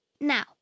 Now